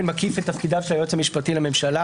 מקיף את תפקידיו של היועץ המשפטי לממשלה,